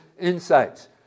insights